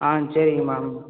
ஆ சரிங்க மேம்